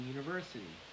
University